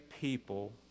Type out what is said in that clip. people